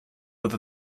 with